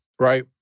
Right